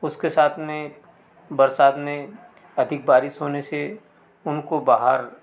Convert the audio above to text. उसके साथ में बरसात में अधिक बारिश होने से उनको बाहर